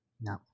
No